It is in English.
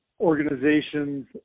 organizations